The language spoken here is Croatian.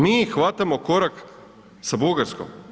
Mi hvatamo korak sa Bugarskom?